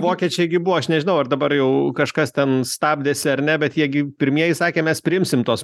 vokiečiai gi buvo aš nežinau ar dabar jau kažkas ten stabdėsi ar ne bet jie gi pirmieji sakė mes priimsim tuos